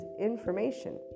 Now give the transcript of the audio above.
information